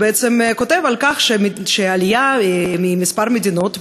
הוא כותב על כך שעלייה מכמה מדינות,